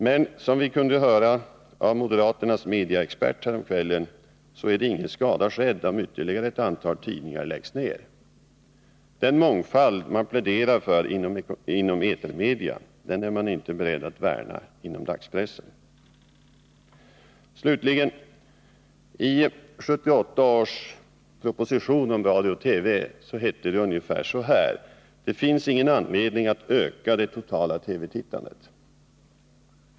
Men som vi kunde höra av moderaternas mediaexpert härom kvällen är det ingen skada skedd om ytterligare ett antal tidningar läggs ned. Den mångfald man pläderar för inom etermedia är man inte beredd att värna när det gäller dagspressen. 11978 års proposition om radio och TV hette det ungefär så här: Det finns ingen anledning att öka det totala TV-tittandet.